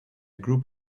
group